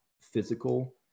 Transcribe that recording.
physical